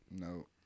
No